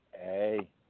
Hey